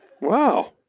Wow